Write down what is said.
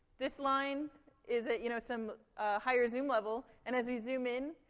this line is at, you know, some higher zoom level and as we zoom in,